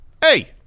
Hey